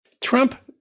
Trump